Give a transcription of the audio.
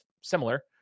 similar